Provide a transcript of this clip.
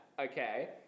okay